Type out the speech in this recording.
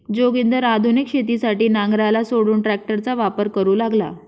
जोगिंदर आधुनिक शेतीसाठी नांगराला सोडून ट्रॅक्टरचा वापर करू लागला